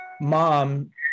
mom